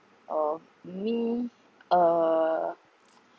oh me uh